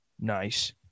Nice